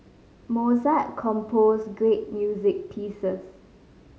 Mozart composed great music pieces